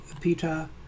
Peter